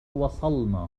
وصلنا